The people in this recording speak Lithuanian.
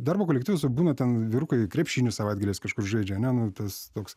darbo kolektyvuose būna ten vyrukai krepšinį savaitgaliais kažkur žaidžia ane nu tas toks